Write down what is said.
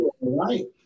Right